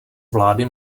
vlády